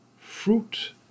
fruit